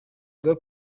avuga